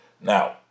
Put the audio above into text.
Now